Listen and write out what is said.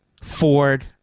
Ford